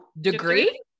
degree